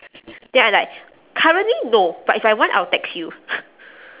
then I like currently no but if I want I will text you